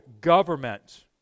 government